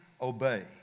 obey